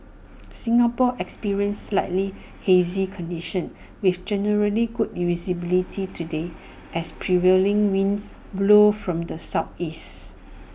Singapore experienced slightly hazy conditions with generally good visibility today as prevailing winds blow from the Southeast